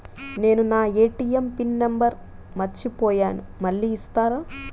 నేను నా ATM pin number మర్చిపోయాను మళ్ళీ ఇస్తారా?